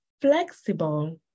flexible